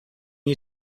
you